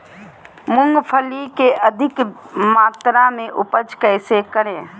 मूंगफली के अधिक मात्रा मे उपज कैसे करें?